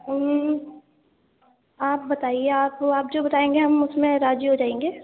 آپ بتائیے آپ کو آپ جو بتائیں گے ہم اس میں راضی ہو جائیں گے